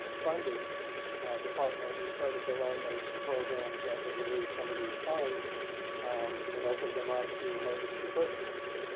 funding department, we started to learn there was some programs that would relieve some of these funds and open them up to emergency purchases.